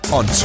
on